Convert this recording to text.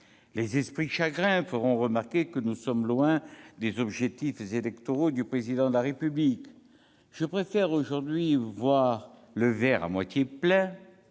Les esprits chagrins feront remarquer que nous sommes loin des objectifs électoraux du Président de la République. Pour ma part, je préfère voir le verre à moitié plein